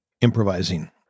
improvising